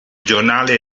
giornale